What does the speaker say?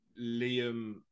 Liam